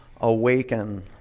awaken